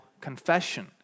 confession